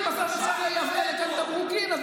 אמרת, ההערה נשמעה.